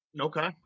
Okay